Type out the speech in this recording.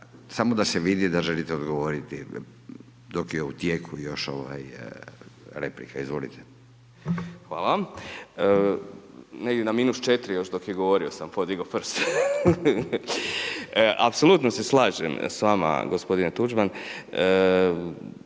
samo da se vidi da želite odgovoriti dok je u tijeku još ovaj replika. Izvolite. **Totgergeli, Miro (HDZ)** Hvala. Negdje na -4 još dok je govorio još sam podigao prst. Apsolutno se slažem s vama gospodine Tuđman.